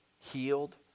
healed